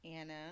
Anna